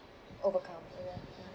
overcome oh ya